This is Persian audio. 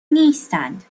نیستند